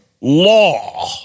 Law